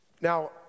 Now